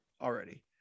already